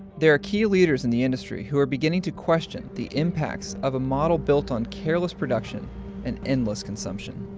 there are key leaders in the industry who are beginning to question the impacts of a model built on careless production and endless consumption.